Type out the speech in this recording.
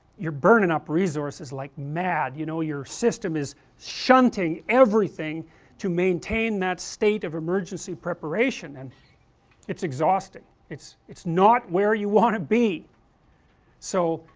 you're burning up resources like mad, you know, your system is shunting everything to maintain that state of emergency preparation and it's exhausting it's it's not where you want to be so,